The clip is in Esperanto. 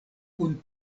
kun